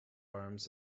arms